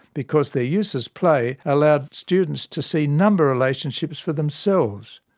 because their use as play allowed students to see number relationships for themselves.